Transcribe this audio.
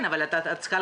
אני רואה שזה רק הולך